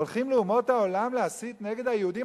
הולכים לאומות העולם להסית נגד היהודים,